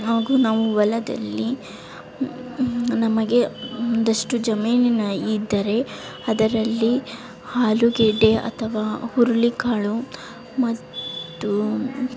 ಹಾಗೂ ನಾವು ಒಲದಲ್ಲಿ ನಮಗೆ ಒಂದಷ್ಟು ಜಮೀನಿನ ಇದ್ದರೆ ಅದರಲ್ಲಿ ಆಲುಗೆಡ್ಡೆ ಅಥವಾ ಹುರುಳಿಕಾಳು ಮತ್ತು